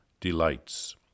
delights